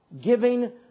giving